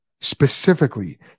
specifically